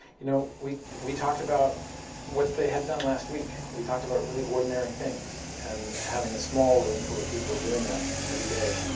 you know we we talked about what they had done last week. we talked about really ordinary things. and having a small room full of people doing that every day